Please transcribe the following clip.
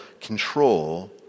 control